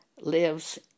lives